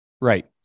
right